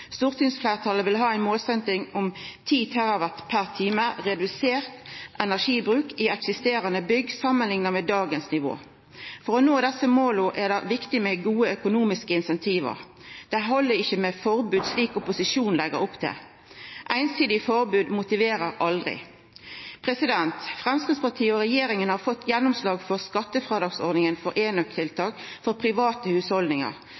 Stortingsfleirtalet vil ha ei målsetjing om 10 TWh redusert energibruk i eksisterande bygg samanlikna med nivået i dag. For å nå desse måla er det viktig med gode økonomiske incentiv. Det held ikkje med forbod, slik opposisjonen legg opp til. Einsidig forbod motiverer aldri. Framstegspartiet og regjeringa har fått gjennomslag for skattefrådragsordning for